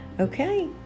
Okay